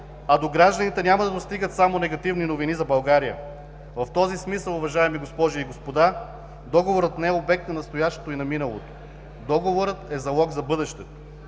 а до гражданите няма да достигат само негативни новини за България. В този смисъл, уважаеми госпожи и господа, Договорът не е обект на настоящото и на миналото. Договорът е залог за бъдещето.